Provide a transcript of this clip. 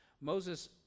Moses